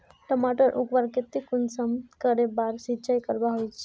टमाटर उगवार केते कुंसम करे बार सिंचाई करवा होचए?